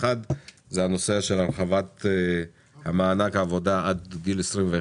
האחד זה הנושא של הרחבת מענק העבודה עד גיל 21,